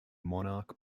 monarch